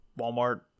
Walmart